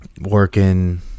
working